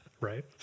Right